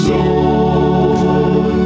Lord